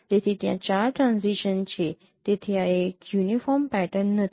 તેથી ત્યાં ચાર ટ્રાન્ઝીશન્સ છે તેથી આ એક યુનિફોર્મ પેટર્ન નથી